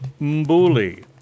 Mbuli